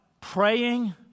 praying